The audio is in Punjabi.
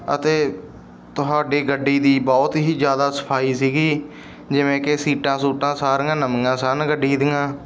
ਅਤੇ ਤੁਹਾਡੀ ਗੱਡੀ ਦੀ ਬਹੁਤ ਹੀ ਜ਼ਿਆਦਾ ਸਫ਼ਾਈ ਸੀਗੀ ਜਿਵੇਂ ਕਿ ਸੀਟਾਂ ਸੂਟਾਂ ਸਾਰੀਆਂ ਨਵੀਆਂ ਸਨ ਗੱਡੀ ਦੀਆਂ